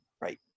right